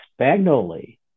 Spagnoli